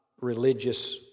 religious